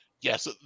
Yes